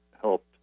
helped